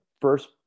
first